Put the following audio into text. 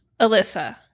Alyssa